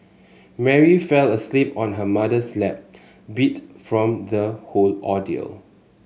Mary fell asleep on her mother's lap beat from the whole ordeal